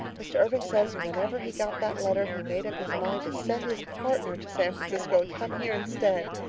mr. irving says whenever he got that letter he made up his mind to send his partner to san francisco and come here instead.